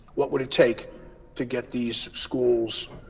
what would it take to get these schools